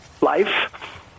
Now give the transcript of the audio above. life